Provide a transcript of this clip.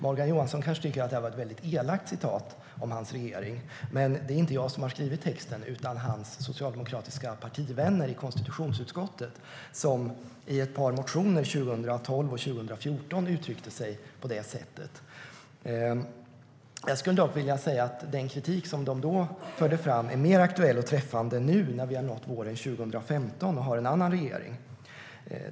Morgan Johansson kanske tycker att det var ett elakt citat om hans regering. Men det är inte jag som har skrivit texten utan hans socialdemokratiska partivänner i konstitutionsutskottet som i ett par motioner 2012 och 2014 uttryckte sig på detta sätt. Jag skulle dock vilja säga att den kritik som de då förde fram är mer aktuell och träffande nu, våren 2015, när vi har en annan regering.